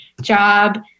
job